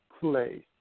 place